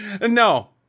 No